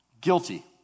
Guilty